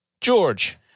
George